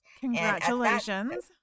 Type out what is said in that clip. Congratulations